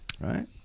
Right